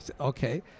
Okay